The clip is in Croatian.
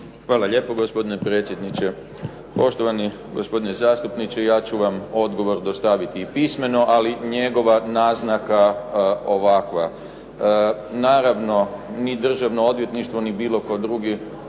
Hvala lijepo gospodine predsjedniče. Poštovani gospodine zastupniče, ja ću vam odgovor dostaviti i pismeno, ali je njegova naznaka ovakva. Naravno, ni državno odvjetništvo ni bilo tko drugi